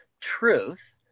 truth